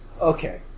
Okay